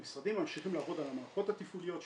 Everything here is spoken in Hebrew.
המשרדים ממשיכים לעבוד על המערכות התפעוליות שלהם,